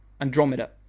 Andromeda